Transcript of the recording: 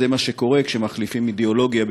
זה מה שקורה כשמחליפים אידיאולוגיה בכיסאולוגיה.